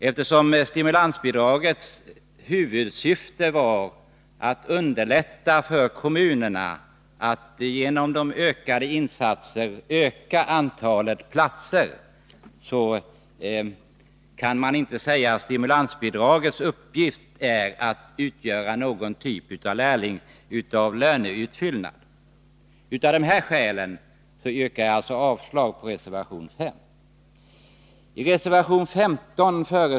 Eftersom stimulansbidragets huvudsyfte var att underlätta för kommunerna att genom ökade insatser öka antalet platser, kan man inte säga att stimulansuppdragets uppgift är att utgöra någon typ av löneutfyllnad. Av det här skälet yrkar jag alltså avslag på reservation 5.